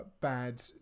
bad